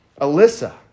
Alyssa